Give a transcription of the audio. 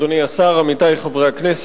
תודה רבה לך, אדוני השר, עמיתי חברי הכנסת,